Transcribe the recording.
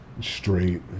straight